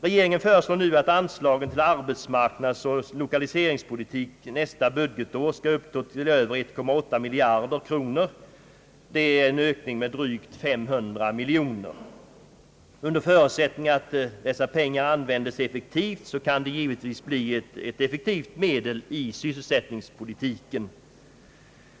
Regeringen föreslår nu att anslagen till arbetsmarknadsoch lokaliseringspolitik nästa budgetår skall uppgå till över 1,8 miljard kronor, eiler en ökning med drygt 500 miljoner. Under förutsättning att dessa pengar användes effektivt, kan de givetvis bli ett utmärkt medel i sysselsättningspolitiken.